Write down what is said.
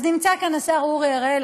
אז נמצא כאן השר אורי אריאל,